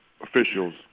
officials